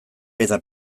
eta